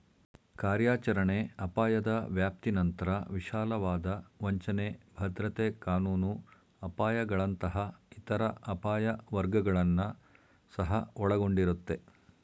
ಕಾರ್ಯಾಚರಣೆ ಅಪಾಯದ ವ್ಯಾಪ್ತಿನಂತ್ರ ವಿಶಾಲವಾದ ವಂಚನೆ, ಭದ್ರತೆ ಕಾನೂನು ಅಪಾಯಗಳಂತಹ ಇತರ ಅಪಾಯ ವರ್ಗಗಳನ್ನ ಸಹ ಒಳಗೊಂಡಿರುತ್ತೆ